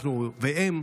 אנחנו והם,